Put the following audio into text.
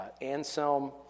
Anselm